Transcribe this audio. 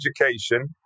education